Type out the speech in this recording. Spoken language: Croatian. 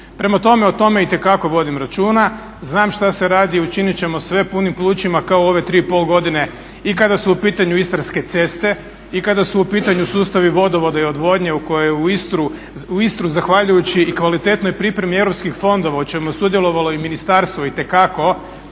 Prema tome o tome itekako vodim računa, znam šta se radi i učinit ćemo sve punim plućima kao i ove 3,5 godine i kada su u pitanju istarske ceste i kada su u pitanju sustavi vodovoda i odvodnje u koje u Istru zahvaljujući i kvalitetnoj pripremi europskih fondova u čemu je sudjelovalo i ministarstvo itekako,